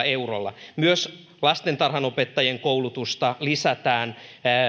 eurolla myös lastentarhanopettajien koulutusta lisätään